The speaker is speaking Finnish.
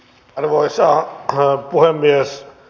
arvoisa puhemies